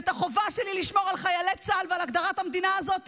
ואת החובה שלי לשמור על חיילי צה"ל ועל הגדרת המדינה הזו,